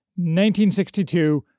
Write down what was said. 1962